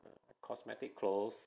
cosmetic closed